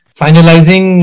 finalizing